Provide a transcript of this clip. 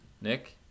Nick